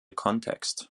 kontext